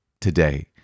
today